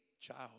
child